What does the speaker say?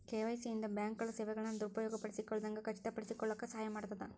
KYC ಇಂದ ಬ್ಯಾಂಕ್ಗಳ ಸೇವೆಗಳನ್ನ ದುರುಪಯೋಗ ಪಡಿಸಿಕೊಳ್ಳದಂಗ ಖಚಿತಪಡಿಸಿಕೊಳ್ಳಕ ಸಹಾಯ ಮಾಡ್ತದ